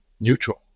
neutral